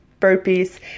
burpees